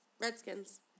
Redskins